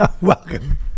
Welcome